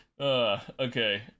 Okay